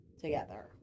together